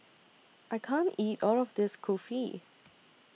I can't eat All of This Kulfi